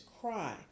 cry